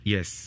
Yes